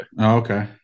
Okay